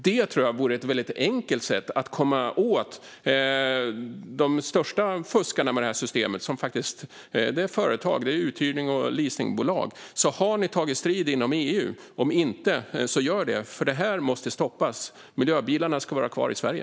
Det tror jag vore ett väldigt enkelt sätt att komma åt de största fuskarna i det här systemet. Det är fråga om företag - uthyrnings och leasingbolag. Har ni tagit strid inom EU? Om inte: Gör det, för det här måste stoppas! Miljöbilarna ska vara kvar i Sverige.